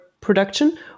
production